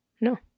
no